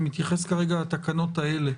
אני מתייחס כרגע לתקנות האלה.